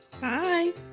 Bye